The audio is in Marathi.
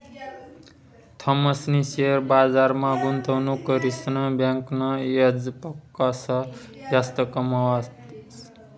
थॉमसनी शेअर बजारमा गुंतवणूक करीसन बँकना याजपक्सा जास्त कमावात